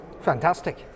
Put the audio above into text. Fantastic